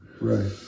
Right